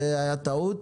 זו הייתה טעות,